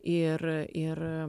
ir ir